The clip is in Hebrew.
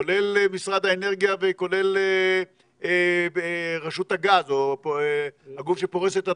כולל משרד האנרגיה וכולל רשות הגז או הגוף שפורס את התשתית.